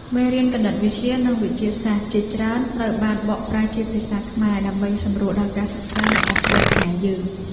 មេរៀនគណិតវិទ្យា និងវិទ្យាសាស្ត្រជាច្រើនត្រូវបានបកប្រែជាភាសាខ្មែរដើម្បីសម្រួលដល់ការសិក្សារបស់កូនខ្មែរយើង។